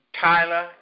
Tyler